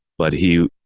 but he,